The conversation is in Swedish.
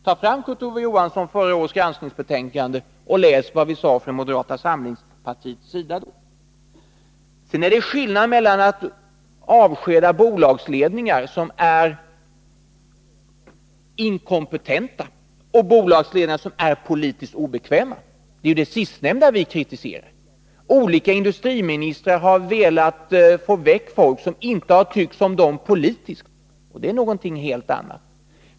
Ta fram, Kurt Ove Johansson, förra årets granskningsbetänkande och läs vad vi då sade från moderata samlingspartiets Nr 154 sida! Sedan är det skillnad mellan att avskeda bolagsledningar som är inkompetenta och bolagsledningar som är politiskt obekväma. Det är ju det sistnämnda vi kritiserar. Olika industriministrar har velat få väck folk som inte har tyckt som de politiskt, och det är någonting helt annat.